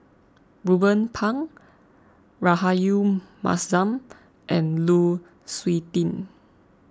Ruben Pang Rahayu Mahzam and Lu Suitin